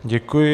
Děkuji.